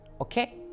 okay